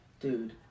dude